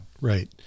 right